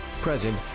present